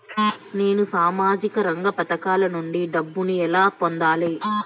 నేను సామాజిక రంగ పథకాల నుండి డబ్బుని ఎలా పొందాలి?